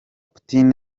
putin